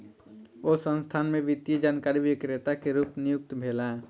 ओ संस्थान में वित्तीय जानकारी विक्रेता के रूप नियुक्त भेला